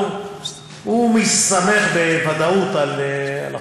הוא מסתמך בוודאות על החוק.